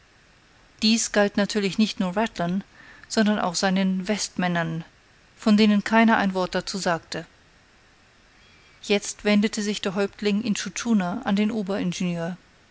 dies galt natürlich nicht nur rattlern sondern auch seinen westmännern von denen keiner ein wort dazu sagte jetzt wendete sich der häuptling intschu tschuna an den